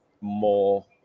more